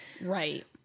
right